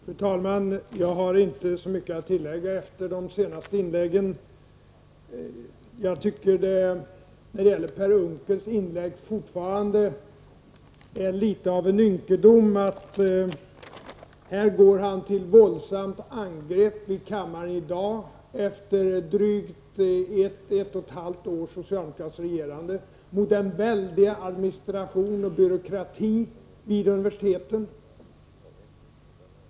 Fru talman! Jag har inte så mycket att tillägga efter de senaste inläggen. Per Unckels inlägg tycker jag fortfarande är litet av en ynkedom. Han går här i kammaren i dag, efter drygt ett och ett halvt års socialdemokratiskt regerande, till våldsamt angrepp mot den väldiga administrationen och byråkratin vid universiteten.